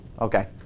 Okay